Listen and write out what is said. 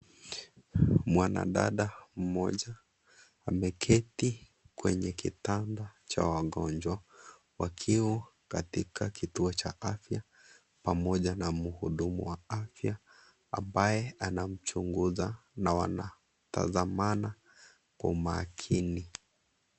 Mwanadada mmoja ameketi kwenye kitanda cha wagonjwa wakiwa katika kituo cha afya pamoja na mhudumu wa afya ambaye anamchungua na wanatazamana kwa umakini.